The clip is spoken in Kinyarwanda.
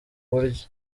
buryo